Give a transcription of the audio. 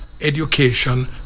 education